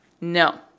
No